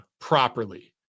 properly